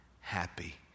happy